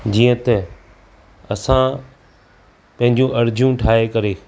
जीअं त असां पहिंजूं अर्ज़ियूं ठाहे करे